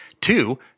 Two